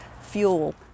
fuel